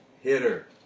Hitter